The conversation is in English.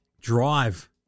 drive